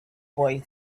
boy